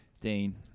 Dane